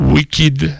Wicked